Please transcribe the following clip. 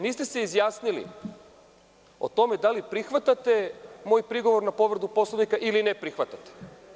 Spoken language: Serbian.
niste se izjasnili o tome da li prihvatate moj prigovor na povredu Poslovnika ili ne prihvatate?